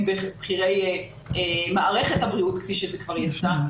בכירי מערכת הבריאות כפי שזה כבר יצא,